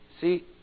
See